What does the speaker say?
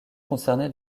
concernait